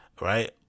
right